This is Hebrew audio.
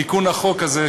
תיקון לחוק הזה,